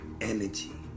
energy